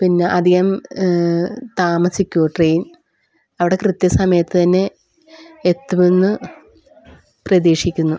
പിന്നെ അധികം താമസിക്കുമോ ട്രെയിൻ അവിടെ കൃത്യസമയത്ത് തന്നെ എത്തുമെന്ന് പ്രതീക്ഷിക്കുന്നു